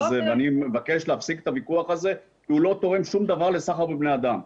ואני מבקש להפסיק את הוויכוח הזה כי הוא לא תורם שום דבר לסחר בבני אדם.